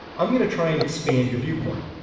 um going to try and expand your viewpoint.